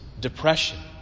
depression